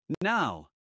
Now